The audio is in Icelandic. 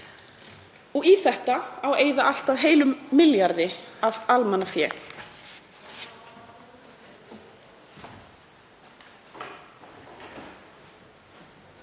Og í þetta á eyða allt að heilum milljarði af almannafé.